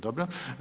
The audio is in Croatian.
Dobro.